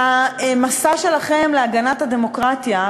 והמסע שלכם להגנת הדמוקרטיה,